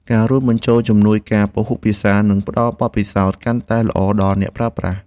ការរួមបញ្ចូលជំនួយការពហុភាសា នឹងផ្ដល់បទពិសោធន៍កាន់តែល្អដល់អ្នកប្រើប្រាស់។